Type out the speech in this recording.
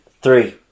three